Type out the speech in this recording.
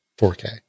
4k